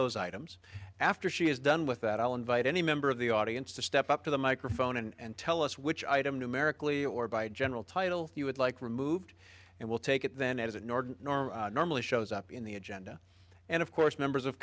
those items after she is done with that i'll invite any member of the audience to step up to the microphone and tell us which item numerically or by general title you would like removed and we'll take it then as ignored norm normally shows up in the agenda and of course members of